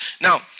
Now